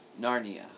Narnia